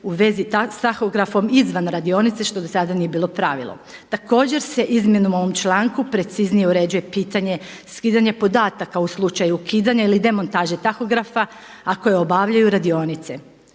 u svezi sa tahografom izvan radionice što do sada nije bilo pravilo. Također se izmjenom u ovom članku preciznije uređuje pitanje skidanje podataka u slučaju ukidanja ili demontaže tahografa a koje obavljaju radionice.